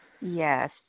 Yes